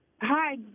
Hi